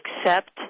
accept